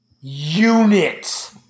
Unit